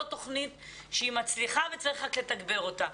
זאת תוכנית שהיא מצליחה וצריך רק לתגבר אותה.